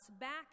back